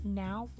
now